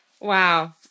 Wow